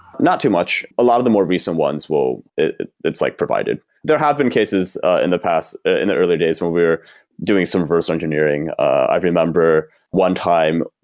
not too much. a lot of the more recent ones will it's like provided. there have been cases in the past, in the early days when we we're doing some reverse engineering. i remember one time,